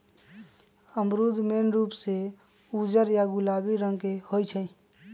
अमरूद मेन रूप से उज्जर या गुलाबी रंग के होई छई